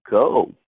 go